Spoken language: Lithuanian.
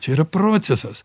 čia yra procesas